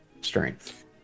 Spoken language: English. strength